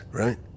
right